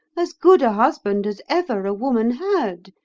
as good a husband as ever a woman had.